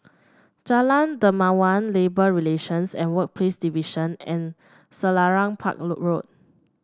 Jalan Dermawan Labour Relations and Workplace Division and Selarang Park Road Road